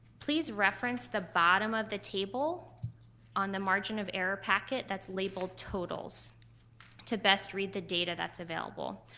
please reference the bottom of the table on the margin of error packet that's labeled totals to best read the data that's available.